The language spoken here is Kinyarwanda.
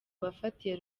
bafatiye